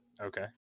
Okay